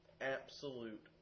Absolute